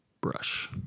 brush